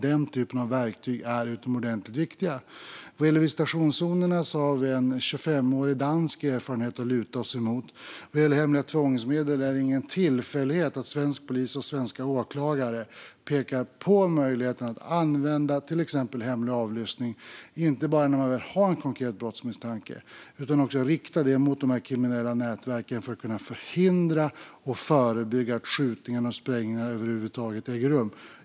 Den typen av verktyg är utomordentligt viktiga. Vad gäller visitationszonerna har vi en 25-årig dansk erfarenhet att luta oss mot. Vad gäller hemliga tvångsmedel är det ingen tillfällighet att svensk polis och svenska åklagare pekar på värdet av möjligheten att använda till exempel hemlig avlyssning inte bara när man har en konkret brottsmisstanke utan också för att man ska kunna rikta det mot de kriminella nätverken för att förhindra och förebygga att skjutningar och sprängningar över huvud taget äger rum.